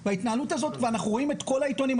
וההתנהלות הזו ואנחנו רואים את כל העיתונים,